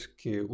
que